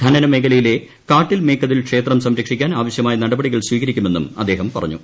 ഖനനമേഖലയിലെ കാട്ടിൽ മേക്കതിൽ ക്ഷേത്രം സംരക്ഷിക്കാൻ ആവശ്യമായ നടപടികൾ സ്വീകരിക്കുമെന്നും അദ്ദേഹം പറഞ്ഞു